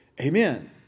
Amen